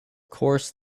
course